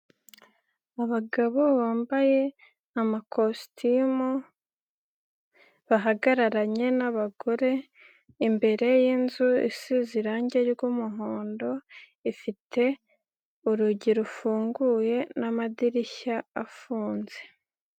Abagabo wambaye amakositimu bahagararanye n'abagore imbere y'inzu isize irangi ry'umuhondo ifite urugi rufunguye n'amadirishya afunze.